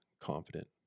confident